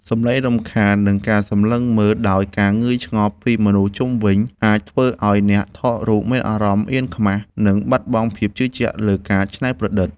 សំឡេងរំខាន និងការសម្លឹងមើលដោយការងឿងឆ្ងល់ពីមនុស្សជុំវិញ អាចធ្វើឱ្យអ្នកថតរូបមានអារម្មណ៍អៀនខ្មាស និងបាត់បង់ភាពជឿជាក់លើការច្នៃប្រឌិត។